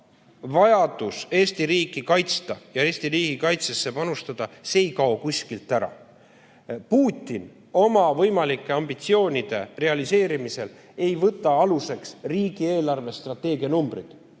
vajadus Eesti riiki kaitsta ja Eesti riigikaitsesse panustada ei kao ära. Putin ei võta oma võimalike ambitsioonide realiseerimisel aluseks riigi eelarvestrateegia numbreid.